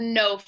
no